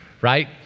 Right